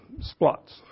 spots